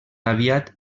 aviat